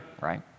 right